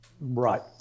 Right